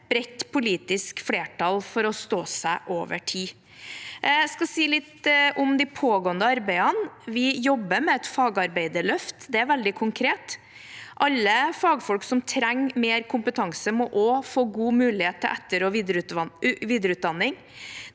og omsorgstjenester for fremtiden Jeg skal si litt om de pågående arbeidene. Vi jobber med et fagarbeiderløft. Det er veldig konkret. Alle fagfolk som trenger mer kompetanse, må også få god mulighet til etter- og videreutdanning.